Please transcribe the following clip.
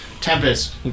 Tempest